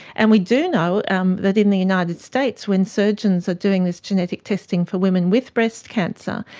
and we do know um that in the united states when surgeons are doing this genetic testing for women with breast cancer,